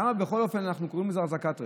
למה בכל אופן אנחנו קוראים לזה אחזקת רכב?